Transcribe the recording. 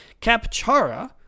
Capchara